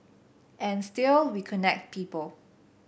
and still we connect people